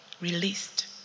released